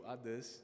others